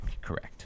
correct